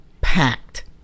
packed